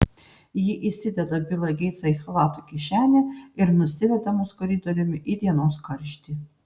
ji įsideda bilą geitsą į chalato kišenę ir nusiveda mus koridoriumi į dienos karštį